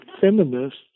feminists